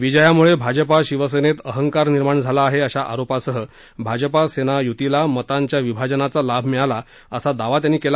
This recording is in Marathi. विजयाम्ळे भाजपा शिवसेनेत अहंकार निर्माण झाला आहे अशा आरोपासह भाजपा सेना य्तीला मतांच्या विभाजनांचा लाभ मिळाला असा दावा त्यांनी केला